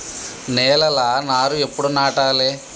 నేలలా నారు ఎప్పుడు నాటాలె?